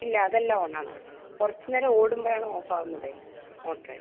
ഇല്ല അത് എല്ലാം ഓൺ ആണ് കുറച്ചു നേരം ഓടുമ്പോഴാണ് ഓഫ് ആവുന്നത് മോട്ടറെ